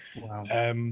Wow